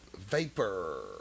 Vapor